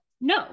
No